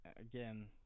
Again